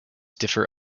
differ